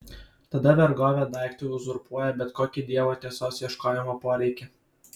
tada vergovė daiktui uzurpuoja bet kokį dievo tiesos ieškojimo poreikį